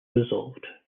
resolved